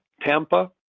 Tampa